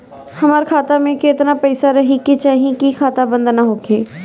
हमार खाता मे केतना पैसा रहे के चाहीं की खाता बंद ना होखे?